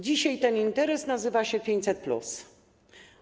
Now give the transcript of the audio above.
Dzisiaj ten interes nazywa się 500+.